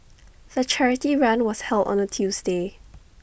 the charity run was held on A Tuesday